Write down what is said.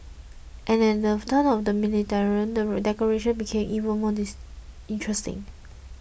and at the turn of the millennium the decorations became more interesting